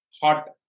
hot